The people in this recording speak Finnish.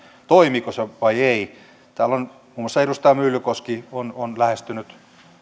toimiiko se vai ei täällä on muun muassa edustaja myllykoski lähestynyt